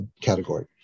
category